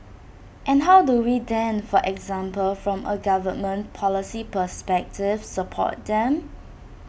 and how do we then for example from A government policy perspective support them